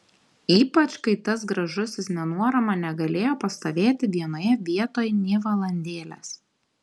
ypač kai tas gražusis nenuorama negalėjo pastovėti vienoje vietoj nė valandėlės